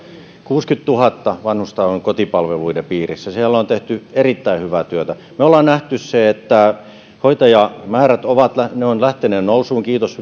kuusikymmentätuhatta vanhusta on kotipalveluiden piirissä siellä on tehty erittäin hyvää työtä me olemme nähneet sen että hoitajamäärät ovat lähteneet nousuun kiitos